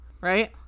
Right